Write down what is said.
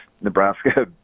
Nebraska